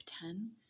ten